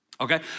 Okay